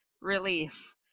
relief